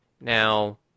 Now